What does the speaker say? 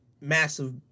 massive